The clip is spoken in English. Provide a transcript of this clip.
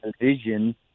vision